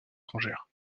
étrangères